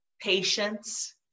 patience